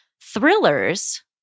Thrillers